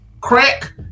Crack